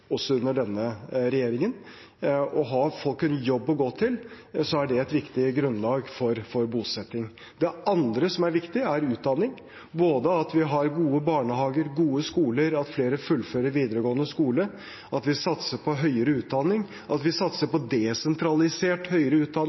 også under denne regjeringen. Har folk en jobb å gå til, er det et viktig grunnlag for bosetting. Det andre som er viktig, er utdanning, at vi har både gode barnehager og gode skoler, at flere fullfører videregående skole, at vi satser på høyere utdanning, at vi satser på desentralisert høyere utdanning,